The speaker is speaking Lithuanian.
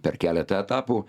per keletą etapų